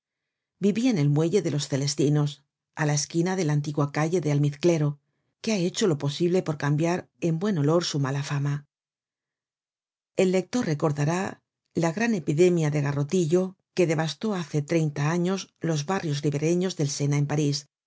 vivia en el muelle de los celestinos á la esquina de la antigua calle del almizclero que ha hecho lo posible por cambiar en buen olor su mala fama el lector recordará la gran epidemia de garrotillo que devastó hace treinta años los barrios ribereños del sena en parís